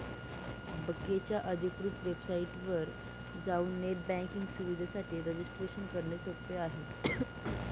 बकेच्या अधिकृत वेबसाइटवर जाऊन नेट बँकिंग सुविधेसाठी रजिस्ट्रेशन करणे सोपे आहे